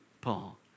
Paul